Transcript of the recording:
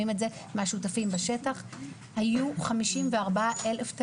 והבעיה שם חמורה, ורוב